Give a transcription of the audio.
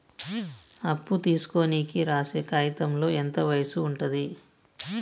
అప్పు తీసుకోనికి రాసే కాయితంలో ఎంత వయసు ఉంటది?